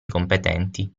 competenti